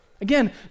Again